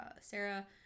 Sarah